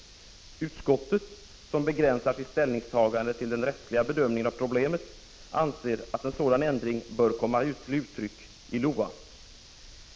Utskottet, som begränsar sitt ställningstagande till den rättsliga bedömningen av problemet, anser att en sådan ändring bör komma till uttryck i LOA.